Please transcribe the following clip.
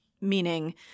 meaning